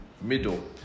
middle